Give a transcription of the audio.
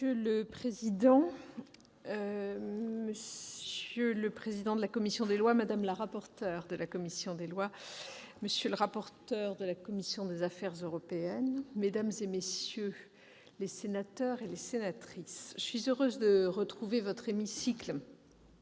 Monsieur le président, monsieur le président de la commission des lois, madame la rapporteur de la commission des lois, monsieur le rapporteur de la commission des affaires européennes, mesdames les sénatrices, messieurs les sénateurs, je suis heureuse de retrouver votre hémicycle